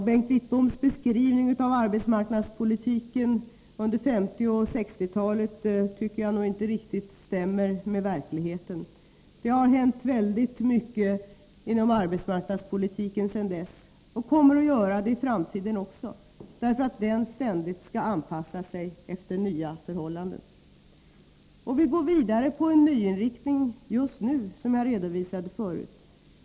Bengt Wittboms beskrivning av arbetsmarknadspolitiken under 1950 och 1960-talen tycker jag inte riktigt stämmer med verkligheten. Det har hänt väldigt mycket inom arbetsmarknadspolitiken sedan dess, och det kommer det att göra i framtiden också, eftersomt den ständigt skall anpassa sig till nya förhållanden. Vi går vidare på en ny inriktning just nu, som jag redovisade förut.